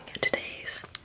today's